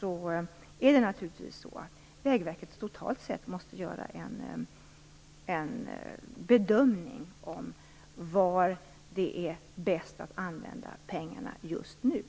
Därför måste Vägverket, när projekten är färdiga, överväga var det är bäst att använda pengarna just då.